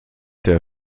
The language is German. der